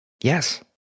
Yes